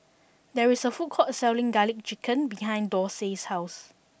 there is a food court selling Garlic Chicken behind Dorsey's house